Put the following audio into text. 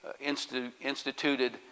instituted